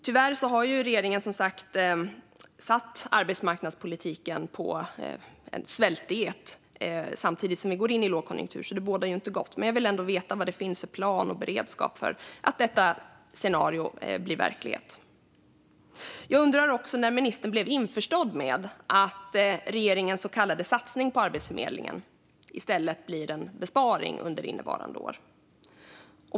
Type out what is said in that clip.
Tyvärr har regeringen satt arbetsmarknadspolitiken på en svältdiet samtidigt som vi går in i en lågkonjunktur, så det bådar inte gott. Jag vill dock ändå veta vad det finns för plan och beredskap för att detta scenario blir verklighet. Jag undrar också när ministern blev införstådd med att regeringens så kallade satsning på Arbetsförmedlingen i stället blir en besparing under innevarande år.